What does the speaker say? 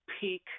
peak